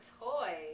toy